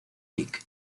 lic